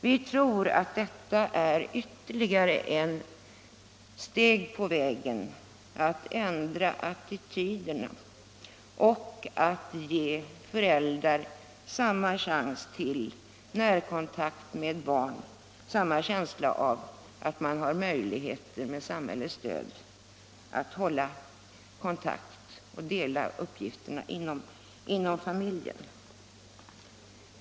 Vi tror att det är ytterligare ett steg på vägen mot att ändra attityderna och att ge föräldrar samma chans till närkontakt med barnen, känslan av att med samhällets stöd ha samma möjlighet att dela uppgifterna inom familjen.